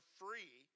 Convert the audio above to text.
free